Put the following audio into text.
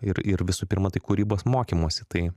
ir ir visų pirma tai kūrybos mokymosi tai